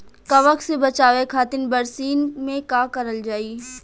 कवक से बचावे खातिन बरसीन मे का करल जाई?